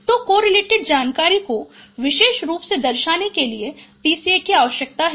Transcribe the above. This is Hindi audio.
तो कोरिलेटेड जानकारी को विशेष रूप में दर्शाने के लिए PCA आवश्यक है